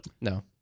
No